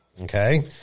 Okay